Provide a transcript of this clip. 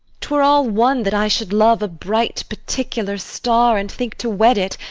twere all one that i should love a bright particular star and think to wed it,